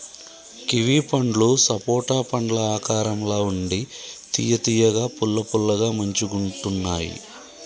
kiwi పండ్లు సపోటా పండ్ల ఆకారం ల ఉండి తియ్య తియ్యగా పుల్ల పుల్లగా మంచిగుంటున్నాయ్